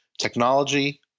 technology